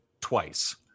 twice